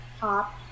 top